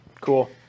Cool